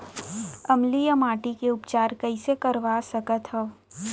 अम्लीय माटी के उपचार कइसे करवा सकत हव?